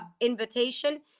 invitation